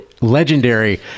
legendary